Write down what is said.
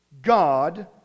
God